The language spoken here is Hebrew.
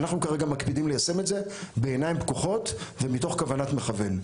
אנחנו כרגע מקפידים ליישם את זה בעיניים פקוחות ומתוך כוונת מכוון,